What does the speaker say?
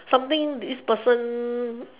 something this person